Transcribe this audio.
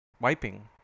wiping